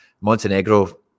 Montenegro